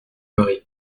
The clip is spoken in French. mari